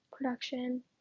production